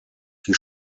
die